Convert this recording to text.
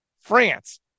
France